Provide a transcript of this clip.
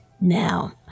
Now